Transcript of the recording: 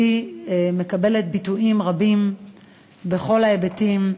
מקבלת ביטויים רבים בכל ההיבטים,